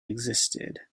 existed